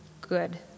good